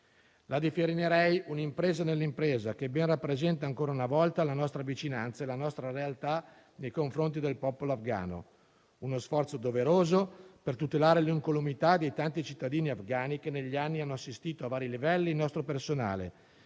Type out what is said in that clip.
La definirei un'impresa nell'impresa che ben rappresenta, ancora una volta, la nostra vicinanza e la nostra realtà nei confronti del popolo afgano, uno sforzo doveroso per tutelare l'incolumità dei tanti cittadini afgani che negli anni hanno assistito a vari livelli il nostro personale